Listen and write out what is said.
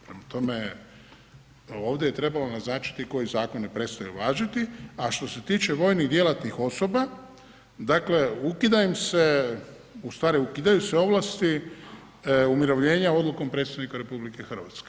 Prema tome, ovdje je trebalo naznačiti koji zakoni prestaju važiti, a što se tiče vojnih djelatnih osoba, dakle ukida im se, ustvari ukidaju se ovlasti umirovljenja odlukom predsjednika RH.